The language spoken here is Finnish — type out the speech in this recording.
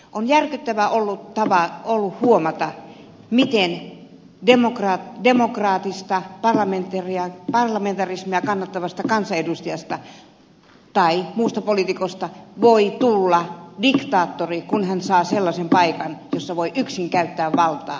on järkyttävää ollut huomata miten demokraatista parlamentarismia kannattavasta kansanedustajasta tai muusta poliitikosta voi tulla diktaattori kun hän saa sellaisen paikan jossa voi yksin käyttää valtaa